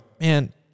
man